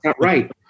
right